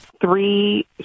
three